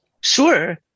Sure